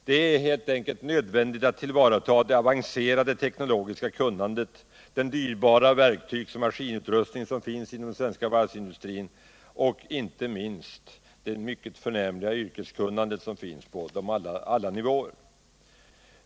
Det är helt enkelt nödvändigt att tillvarata det avancerade teknologiska kunnande och den dyrbara verktygsoch maskinutrustning som finns inom den svenska varvsindustrin och inte minst det mycket förnämliga yrkeskunnande som finns på alla nivåer.